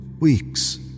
weeks